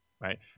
Right